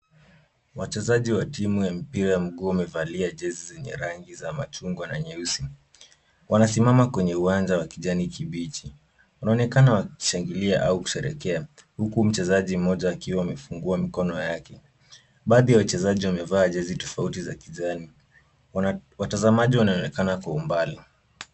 Watazaji wa timu ya mpira ya mguu wamevalia jezi zenye rangi za machungwa na nyeusi. Wanasimama kwenye uwanja wa kijani kibichi. Unaonekana wakishangilia au kusherehekea, huku mchezaji mmoja akiwa amefungua mikono yake. Baadhi ya wachezaji wamevaa jezi tofauti za kijani. Watazamaji wanaonekana kuwa mbali.